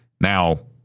Now